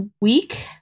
week